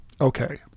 Okay